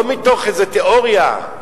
לא מתוך איזה תיאוריה.